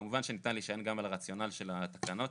אני לא ארחיב עכשיו על התועלת הבריאותית,